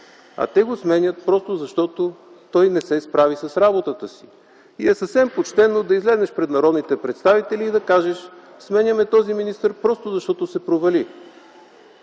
А те го сменят, просто защото той не се справи с работата си. И е съвсем почтено да излезеш пред народните представители и да кажеш: сменяме този министър, просто защото се провали,